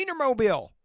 Wienermobile